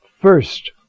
First